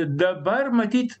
dabar matyt